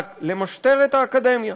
למשטר את האקדמיה,